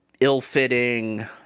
ill-fitting